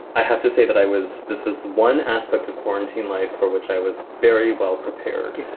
i have to say that i was this was one aspect of quarantine life for which i was very well prepared